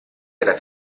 era